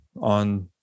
on